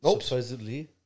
supposedly